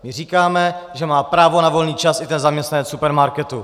My říkáme, že má právo na volný čas i ten zaměstnanec v supermarketu.